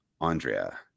Andrea